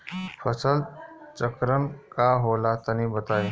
फसल चक्रण का होला तनि बताई?